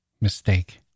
Mistake